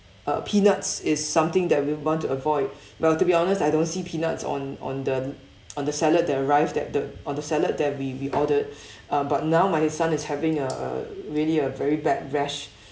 uh peanuts is something that we've want to avoid well to be honest I don't see peanuts on on the on the salad that arrived at the on the salad that we we ordered uh but now my son is having a a really a very bad rash